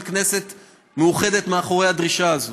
של כנסת מאוחדת מאחורי הדרישה הזאת,